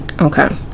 Okay